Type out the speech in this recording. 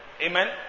Amen